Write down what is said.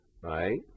right